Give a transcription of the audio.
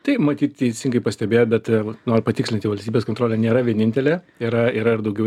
tai matyt teisingai pastebėjo bet noriu patikslinti valstybės kontrolė nėra vienintelė yra yra ir daugiau